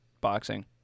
boxing